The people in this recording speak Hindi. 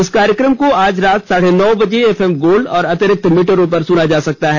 इस कार्यक्रम को आज रात साढ़े नौ बजे से एफएम गोल्ड और अतिरिक्त मीटरों पर सुना जा सकता है